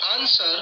answer